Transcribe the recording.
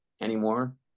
anymore